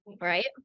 Right